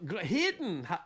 hidden